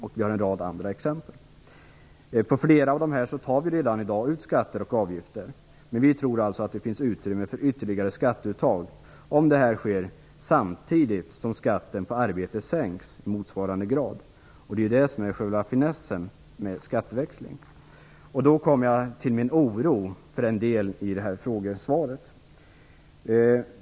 Vi nämner en rad andra exempel. Beträffande flera av dessa tas redan i dag ut skatter eller avgifter. Men vi tror att det finns utrymme för ytterligare skatteuttag, om det sker samtidigt som skatten på arbete sänks i motsvarande grad. Det är själva finessen med skatteväxling. Då kommer jag in på det som oroar mig i svaret.